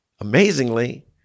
amazingly